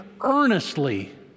earnestly